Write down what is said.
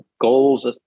goals